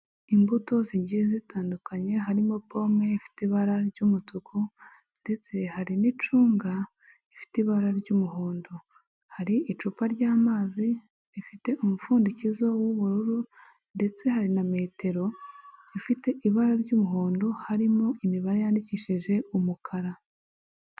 Imbuto zigiye zitandukanye, harimo pome ifite ibara ry'umutuku ndetse hari n'icunga rifite ibara ry'umuhondo. Hari icupa ry'amazi rifite umupfundikizo w'ubururu ndetse hari na metero ifite ibara ry'umuhondo, harimo imibare yandikishije umukara.